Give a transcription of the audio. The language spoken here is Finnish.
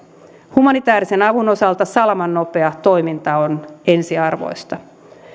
humanitäärisen avun osalta salamannopea toiminta on ensiarvoista